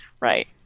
Right